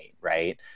right